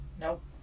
Nope